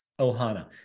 ohana